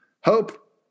Hope